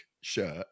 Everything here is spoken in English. shirt